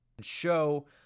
show